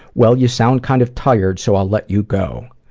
well you sound kind of tired, so i'll let you go.